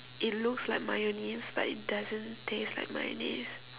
it looks like mayonnaise but it doesn't taste like mayonnaise